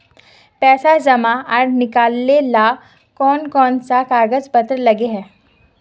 पैसा जमा आर निकाले ला कोन कोन सा कागज पत्र लगे है?